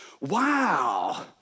Wow